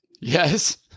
Yes